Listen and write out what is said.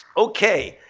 ok.